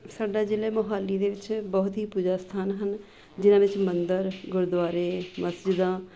ਸਾਡਾ ਜ਼ਿਲ੍ਹੇ ਮੋਹਾਲੀ ਦੇ ਵਿੱਚ ਬਹੁਤ ਹੀ ਪੂਜਾ ਸਥਾਨ ਹਨ ਜਿਨ੍ਹਾਂ ਵਿੱਚ ਮੰਦਰ ਗੁਰਦੁਆਰੇ ਮਸਜਿਦਾਂ